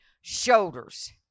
Shoulders